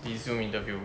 the zoom interview